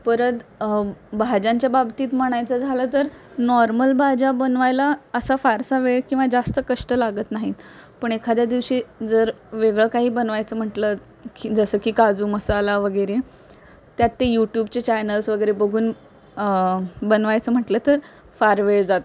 परत भाज्यांच्या बाबतीत म्हणायचं झालं तर नॉर्मल भाज्या बनवायला असा फारसा वेळ किंवा जास्त कष्ट लागत नाहीत पण एखाद्या दिवशी जर वेगळं काही बनवायचं म्हटलं की जसं की काजू मसाला वगैरे त्यात ते यूट्यूबचे चॅनल्स वगैरे बघून बनवायचं म्हटलं तर फार वेळ जातो